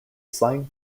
slang